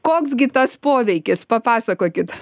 koks gi tas poveikis papasakokit